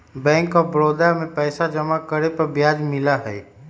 bank of Baroda में पैसा जमा करे पर ब्याज मिला हई